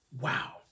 Wow